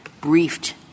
briefed